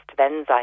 enzyme